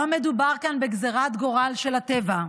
לא מדובר כאן בגזרת גורל של הטבע.